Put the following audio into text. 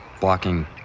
blocking